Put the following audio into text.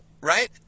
right